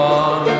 on